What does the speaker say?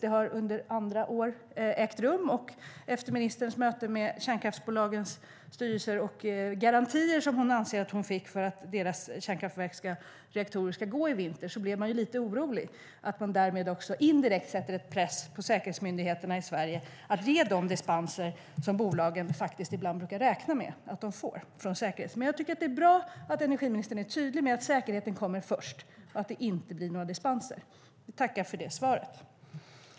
Det har ägt rum sådana under andra år, och efter ministerns möte med kärnkraftsbolagens styrelser och de garantier som hon anser att hon fick för att deras reaktorer ska gå i vinter blev man lite orolig för att det därmed indirekt sätts press på säkerhetsmyndigheterna i Sverige att ge de dispenser som bolagen ibland räknar med att få från säkerhetsmyndigheterna. Jag tycker att det är bra att ministern är tydlig med att säkerheten kommer först och att det inte blir några dispenser. Jag tackar för det svaret.